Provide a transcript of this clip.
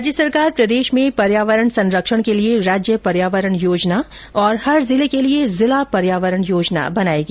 राज्य सरकार प्रदेश में पर्यावरण संरक्षण के लिए राज्य पर्यावरण योजना और हर जिले के लिए जिला पर्यावरण योजना बनाएगी